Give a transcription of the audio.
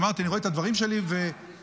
אני רואה את הדברים שלי ומזדעזע.